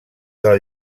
del